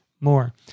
more